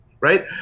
right